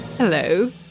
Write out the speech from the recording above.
Hello